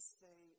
say